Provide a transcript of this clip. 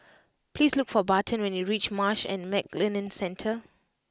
please look for Barton when you reach Marsh and McLennan Centre